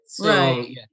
Right